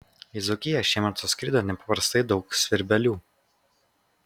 į dzūkiją šiemet suskrido nepaprastai daug svirbelių